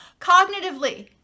cognitively